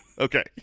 Okay